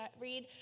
read